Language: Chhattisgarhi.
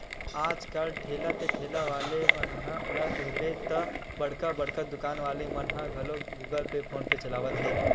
आज कल ठेला ते ठेला वाले ला कहिबे बड़का बड़का दुकान वाले मन ह घलोक गुगल पे चलावत हे